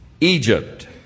Egypt